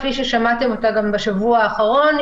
כפי ששמעתם אותה גם בשבוע האחרון,